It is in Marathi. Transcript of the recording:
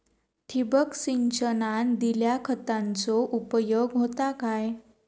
ठिबक सिंचनान दिल्या खतांचो उपयोग होता काय?